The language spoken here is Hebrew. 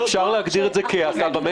אפשר להגדיר את זה כהאטה במשק?